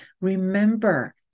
remember